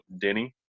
Denny